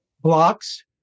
blocks